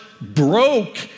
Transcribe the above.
broke